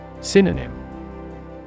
Synonym